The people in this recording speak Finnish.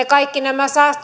kaikki nämä